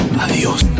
Adiós